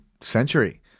century